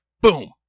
Boom